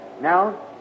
Now